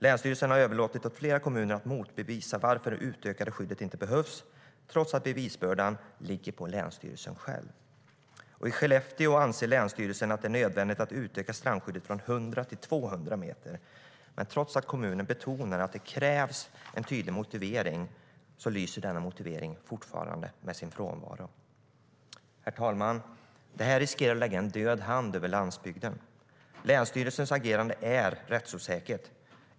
Länsstyrelsen har överlåtit åt flera kommuner att motbevisa - alltså att bevisa varför det utökade skyddet inte behövs - trots att bevisbördan ligger på länsstyrelsen själv. Herr talman! Det här riskerar att lägga en död hand över landsbygden. Länsstyrelsens agerande är rättsosäkert.